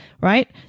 right